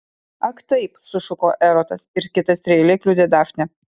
ak taip sušuko erotas ir kita strėle kliudė dafnę